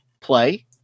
play